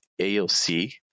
AOC